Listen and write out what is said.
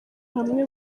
hamwe